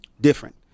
different